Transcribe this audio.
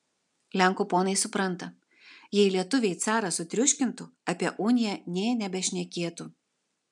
lenkų ponai supranta jei lietuviai carą sutriuškintų apie uniją nė nebešnekėtų